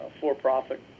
for-profit